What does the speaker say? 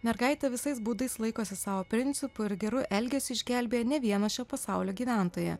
mergaitė visais būdais laikosi savo principų ir geru elgesiu išgelbėja ne vieną šio pasaulio gyventoją